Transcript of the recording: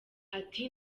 ati